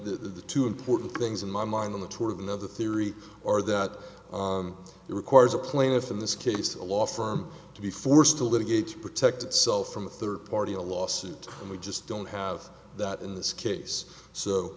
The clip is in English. the two important things in my mind in the tour of another theory are that it requires a plaintiff in this case a law firm to be forced to litigate protect itself from a third party a lawsuit and we just don't have that in this case so